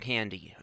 Candy